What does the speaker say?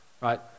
right